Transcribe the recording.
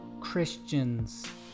christians